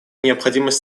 необходимость